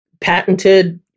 patented